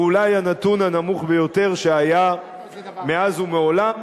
אולי הנתון הנמוך ביותר שהיה מאז ומעולם,